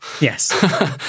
yes